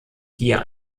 hier